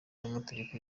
n’amategeko